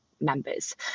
members